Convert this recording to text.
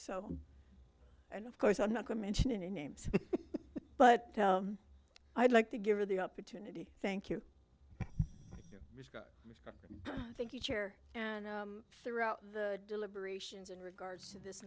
so and of course i'm not going mention any names but i'd like to give you the opportunity thank you thank you chair and throughout the deliberations in regards to this